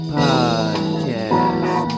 podcast